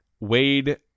Wade